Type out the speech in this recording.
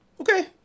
Okay